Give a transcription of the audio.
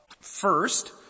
first